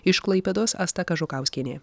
iš klaipėdos asta kažukauskienė